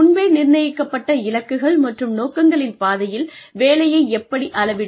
முன்பே நிர்ணயிக்கப்பட்ட இலக்குகள் மற்றும் நோக்கங்களின் பாதையில் வேலையை எப்படி அளவிடும்